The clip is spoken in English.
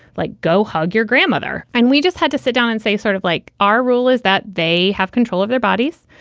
like, go hug your grandmother. and we just had to sit down and say, sort of like our rule is that they have control of their bodies.